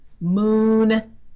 moon